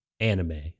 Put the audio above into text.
Anime